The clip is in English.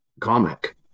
comic